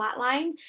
flatline